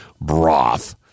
broth